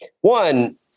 One